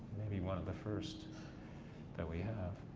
maybe one of the first that we have.